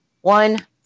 one